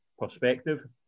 perspective